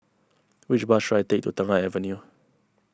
which bus should I take to Tengah Avenue